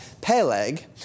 Peleg